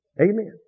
Amen